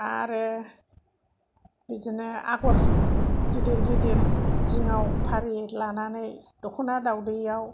आरो बिदिनो आगर गिदिर गिदिर जिङाव फारि लानानै दख'ना दाउदैयाव